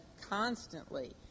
constantly